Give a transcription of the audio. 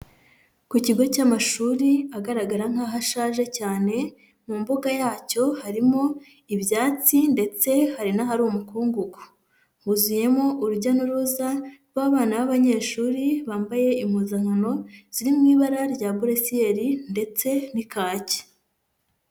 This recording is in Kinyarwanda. Ku kigo cy'amashuri agaragara nkaho ashaje cyane, mu mbuga yacyo harimo ibyatsi ndetse hari n'ahari umukungugu, huzuyemo urujya n'uruza rw'abana b'abanyeshuri bambaye impuzankano ziri mu ibara rya blue ciel n'ikaki.